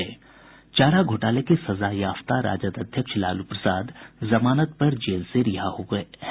चारा घोटाले के सजायाफ्ता राजद अध्यक्ष लालू प्रसाद जमानत पर जेल से रिहा हो गये हैं